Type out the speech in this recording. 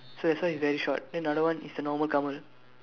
so that's why he's very short then another one is the normal Kamal